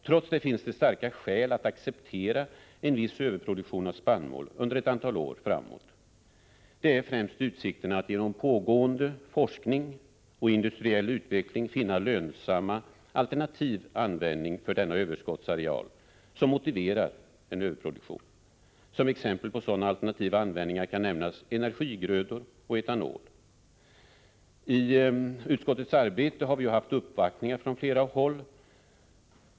Trots detta finns det starka skäl att acceptera en viss överproduktion av spannmål under ett antal år framåt. Det är främst utsikterna att genom pågående forskning och industriell utveckling finna lönsam alternativ användning för denna överskottsareal som motiverar en överproduktion. Som exempel på sådana alternativa användningar kan nämnas energigrödor och etanol. I utskottets arbete har vi haft uppvaktningar från flera håll.